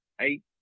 eight